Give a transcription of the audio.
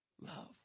Love